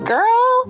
Girl